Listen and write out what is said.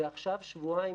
ועכשיו, שבועיים